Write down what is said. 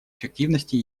эффективности